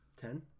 Ten